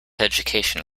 education